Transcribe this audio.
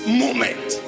moment